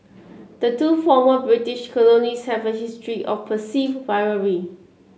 the two former British colonies have a history of perceived rivalry